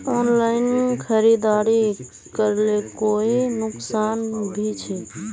Online खरीदारी करले कोई नुकसान भी छे?